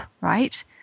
right